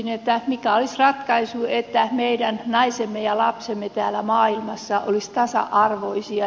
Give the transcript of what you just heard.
mikä olisi ratkaisu että meidän naisemme ja lapsemme täällä maailmassa olisivat tasa arvoisia